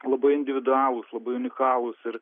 labai individualūs labai unikalūs ir